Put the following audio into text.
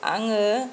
आङो